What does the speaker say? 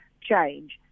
change